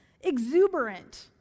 Exuberant